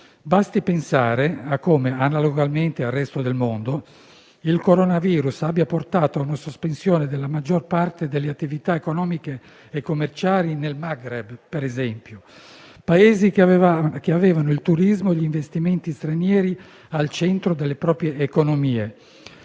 Basti pensare a come, analogamente al resto del mondo, il coronavirus abbia portato a una sospensione della maggior parte delle attività economiche e commerciali nel Maghreb, per esempio. Paesi che avevano il turismo e gli investimenti stranieri al centro delle proprie economie